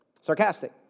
Sarcastic